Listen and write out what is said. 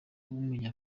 w’umunya